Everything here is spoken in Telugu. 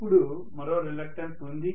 ఇప్పుడు మరో రిలక్టన్స్ ఉంది